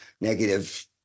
negative